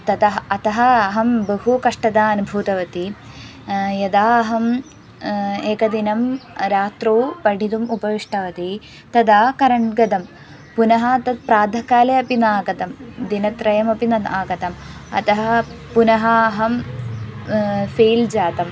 ततः अतः अहं बहु कष्टम् अनुभूतवती यदा अहम् एकदिनं रात्रौ पठितुम् उपविष्टवती तदा करण्ट् गतं पुनः तद् प्रातःकाले अपि न आगतं दिनत्रयमपि न न आगतम् अतः पुनः अहं फ़ेल् जातम्